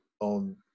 on